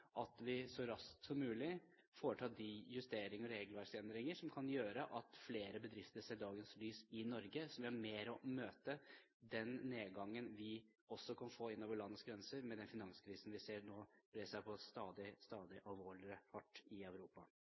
at vi så raskt som mulig foretar de justeringer og regelverksendringer som kan gjøre at flere bedrifter ser dagens lys i Norge, slik at vi har mer å møte den nedgangen med som vi også kan få inn over landets grenser, med den finanskrisen vi nå ser bre seg med stadig alvorligere fart i Europa.